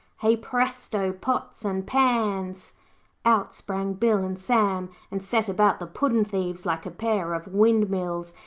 hey, presto! pots and pans out sprang bill and sam and set about the puddin'-thieves like a pair of windmills,